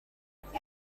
buri